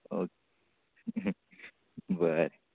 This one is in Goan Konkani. ओ बरें